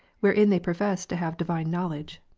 wherein they professed to have divine knowledge.